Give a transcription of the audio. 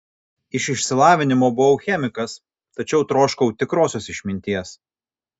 iš išsilavinimo buvau chemikas tačiau troškau tikrosios išminties